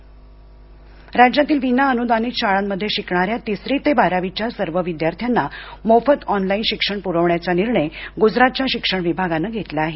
Gujarat online शिक्षण राज्यातील विना अनुदानित शाळांमध्ये शिकणाऱ्या तिसरी ते बारावीच्या सर्व विद्यार्थ्यांना मोफत ऑनलाईन शिक्षण पुरवण्याचा निर्णय गुजरातच्या शिक्षण विभागानं घेतला आहे